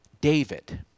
David